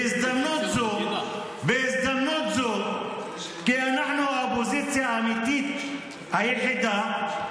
בהזדמנות זו, כי אנחנו האופוזיציה האמיתית היחידה,